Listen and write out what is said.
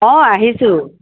অঁ আহিছোঁ